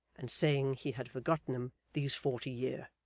and saying he had forgotten em these forty year.